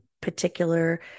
particular